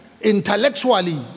intellectually